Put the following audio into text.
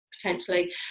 Potentially